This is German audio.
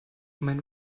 mein